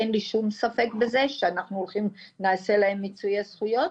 אין לי שום ספק בזה שנעשה להם מיצוי זכויות.